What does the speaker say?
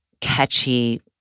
catchy